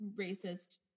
racist